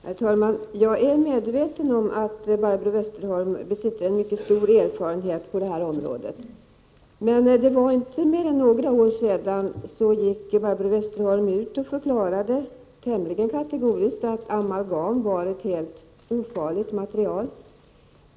Herr talman! Jag är medveten om att Barbro Westerholm besitter mycket stor erfarenhet på det här området. Men det var inte mer än några år sedan Barbro Westerholm tämligen kategoriskt förklarade att amalgam var ett helt ofarligt material.